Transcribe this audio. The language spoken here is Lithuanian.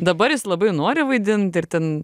dabar jis labai nori vaidint ir ten